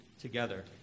together